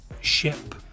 ship